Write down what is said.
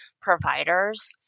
providers